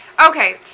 Okay